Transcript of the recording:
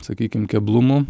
sakykim keblumų